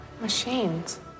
Machines